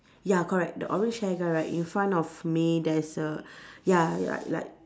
ya correct the orange hair girl right in front of me there's a ya like like